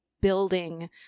building